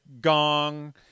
gong